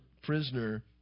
prisoner